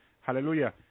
Hallelujah